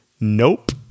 Nope